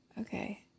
Okay